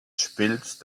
spielt